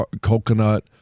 coconut